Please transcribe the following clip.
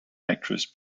actress